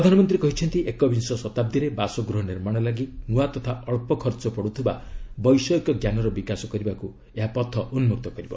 ପ୍ରଧାନମନ୍ତ୍ରୀ କହିଛନ୍ତି ଏକବିଂଶ ଶତାବ୍ଦୀରେ ବାସଗୃହ ନିର୍ମାଣ ଲାଗି ନୂଆ ତଥା ଅଳ୍ପ ଖର୍ଚ୍ଚ ପଡ଼ୁଥିବା ବୈଷୟିକ ଜ୍ଞାନର ବିକାଶ କରିବାକୁ ଏହା ପଥ ଉନ୍କକ୍ତ କରିବ